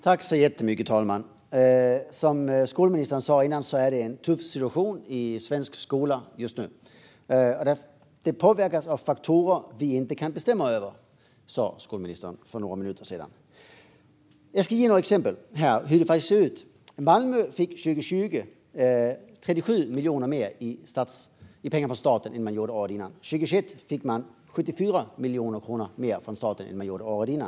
Fru talman! Som skolministern sa tidigare är det en tuff situation i svensk skola just nu. Skolministern sa också, för några minuter sedan, att situationen påverkas av faktorer som vi inte kan bestämma över. Jag ska ge några exempel på hur det faktiskt ser ut. Malmö fick 37 miljoner mer från staten 2020 än vad man fick året före. År 2021 fick man 74 miljoner kronor mer från staten än man fick året före.